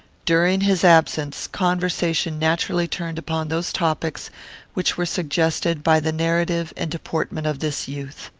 during his absence, conversation naturally turned upon those topics which were suggested by the narrative and deportment of this youth.